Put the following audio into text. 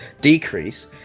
decrease